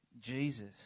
Jesus